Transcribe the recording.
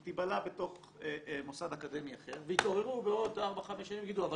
היא תיבלע בתוך מוסד אקדמי אחר ויתעוררו בעוד ארבע-חמש שנים ויגידו,